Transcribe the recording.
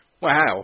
Wow